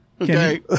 Okay